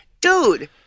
dude